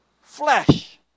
flesh